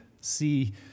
see